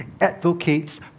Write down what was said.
advocates